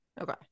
Okay